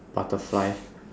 butterfly